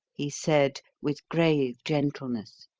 he said, with grave gentleness.